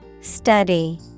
Study